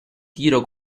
tiro